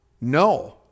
No